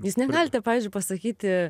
jūs negalite pavyzdžiui pasakyti